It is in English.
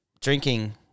drinking